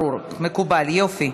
ברור, מקובל, יופי.